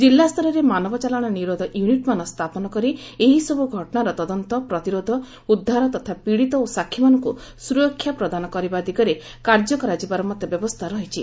ଜିଲ୍ଲାସ୍ତରରେ ମାନବଚାଲାଣ ନିରୋଧି ୟୁନିଟ୍ମାନ ସ୍ଥାପନ କରି ଏହି ସବୁ ଘଟଣାର ତଦନ୍ତ ପ୍ରତିରୋଧ ଉଦ୍ଧାର ତଥା ପୀଡ଼ିତ ଓ ସାକ୍ଷୀମାନଙ୍କୁ ସୁରକ୍ଷା ପ୍ରଦାନ କରିବା ଦିଗରେ କାର୍ଯ୍ୟ କରାଯିବାର ମଧ୍ୟ ବ୍ୟବସ୍ଥା ରହିଛି